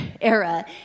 era